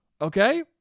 Okay